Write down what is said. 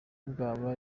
bwa